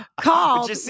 called –